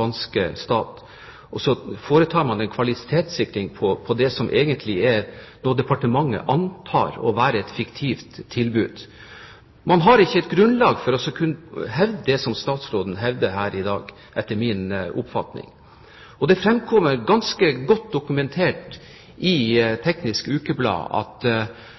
fra andre, og så foretar man en kvalitetssikring av det som egentlig er noe departementet antar å være et fiktivt tilbud. Man har etter min oppfatning ikke grunnlag for å kunne hevde det som statsråden hevder her i dag. Det er ganske godt dokumentert i Teknisk Ukeblad at